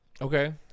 Okay